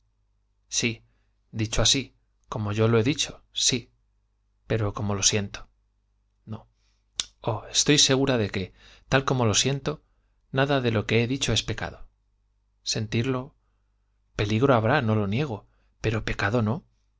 sí dicho así como yo lo he dicho sí pero como lo siento no oh estoy segura de que tal como lo siento nada de lo que he dicho es pecado sentirlo peligro habrá no lo niego pero pecado no